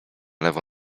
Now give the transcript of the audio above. lewo